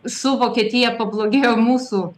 su vokietija pablogėjo mūsų